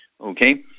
Okay